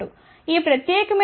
ఈ ప్రత్యేకమైన విషయం 3